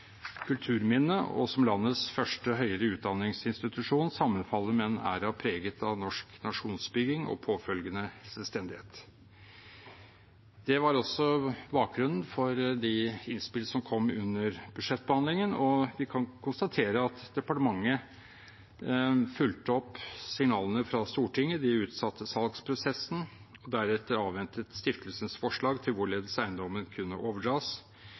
kulturminne og som landets første høyere utdanningsinstitusjon, sammenfaller med en æra preget av norsk nasjonsbygging og påfølgende selvstendighet. Det var også bakgrunnen for de innspill som kom under budsjettbehandlingen. Vi kan konstatere at departementet fulgte opp signalene fra Stortinget. De utsatte salgsprosessen og avventet deretter stiftelsens forslag til hvorledes eiendommen kunne overdras,